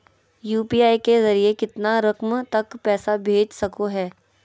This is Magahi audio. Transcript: यू.पी.आई के जरिए कितना रकम तक पैसा भेज सको है?